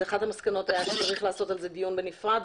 אחת המסקנות הייתה שצריך לעשות על זה דיון בנפרד,